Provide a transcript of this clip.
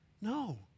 No